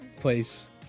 place